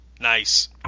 Nice